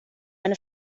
eine